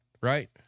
right